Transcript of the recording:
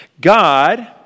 God